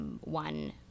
one